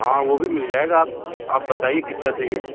हाँ वो भी मिल जाएगा आप आप बताइए कितना चाहिए